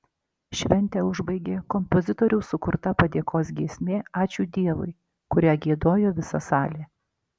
šventę užbaigė kompozitoriaus sukurta padėkos giesmė ačiū dievui kurią giedojo visa salė